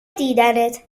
دیدنت